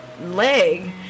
leg